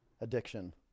addiction